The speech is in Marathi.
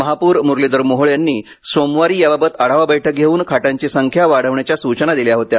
महापौर मुरलीधर मोहोळ यांनी सोमवारी यबाबत आढावा बैठक घेऊन खाटांची संख्या वाढवण्याच्या सूचना केल्या होत्या